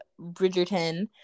Bridgerton